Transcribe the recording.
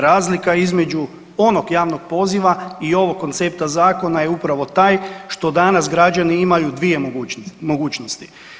Razlika između onog javnog poziva i ovog koncepta zakona je upravo taj što danas građani imaju 2 mogućnosti.